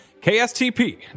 KSTP